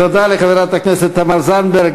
תודה לחברת הכנסת תמר זנדברג.